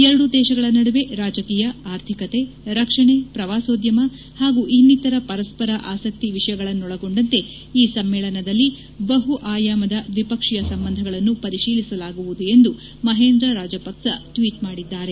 ಎರಡು ದೇಶಗಳ ನಡುವೆ ರಾಜಕೀಯ ಆರ್ಥಿಕತೆ ರಕ್ಷಣೆ ಪ್ರವಾಸೋದ್ಯಮ ಹಾಗೂ ಇನ್ನಿತರ ಪರಸ್ವರ ಆಸಕ್ತಿ ವಿಷಯಗಳನ್ನೊಳಗೊಂಡಂತೆ ಈ ಸಮ್ಮೇಳನದಲ್ಲಿ ಬಹು ಆಯಾಮದ ದ್ವಿಪಕ್ಷೀಯ ಸಂಬಂಧಗಳನ್ನು ಪರಿಶೀಲಿಸಲಾಗುವುದು ಎಂದು ಮಹೇಂದ್ರ ರಾಜಪಕ್ಸ ಟ್ವೀಟ್ ಮಾಡಿದ್ದಾರೆ